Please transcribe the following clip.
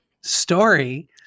story